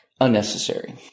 unnecessary